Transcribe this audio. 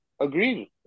Agreed